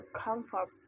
comfort